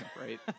Right